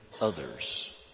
others